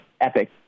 epic